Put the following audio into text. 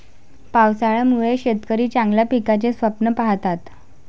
पावसाळ्यामुळे शेतकरी चांगल्या पिकाचे स्वप्न पाहतात